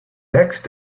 next